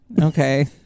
Okay